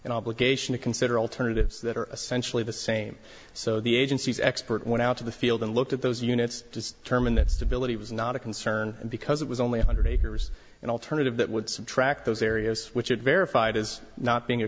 an obligation to consider alternatives that are essentially the same so the agency's expert went out to the field and looked at those units to determine that stability was not a concern because it was only a hundred acres and alternative that would subtract those areas which it verified as not being a